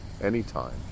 anytime